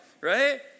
Right